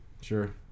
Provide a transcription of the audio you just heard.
Sure